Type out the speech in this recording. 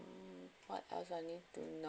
what else I need to know